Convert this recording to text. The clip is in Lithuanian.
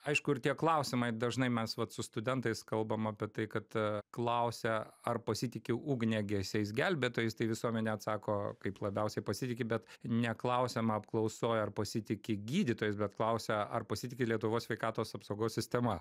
aišku ir tie klausimai dažnai mes vat su studentais kalbam apie tai kad klausia ar pasitiki ugniagesiais gelbėtojais tai visuomenė atsako kaip labiausiai pasitiki bet neklausiama apklausoj ar pasitiki gydytojais bet klausia ar pasitiki lietuvos sveikatos apsaugos sistema